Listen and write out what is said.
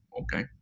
okay